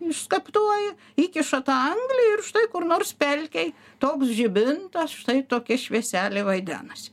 išskaptuoja įkiša tą anglį ir štai kur nors pelkėj toks žibintas štai tokia švieselė vaidenasi